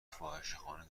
فاحشهخانه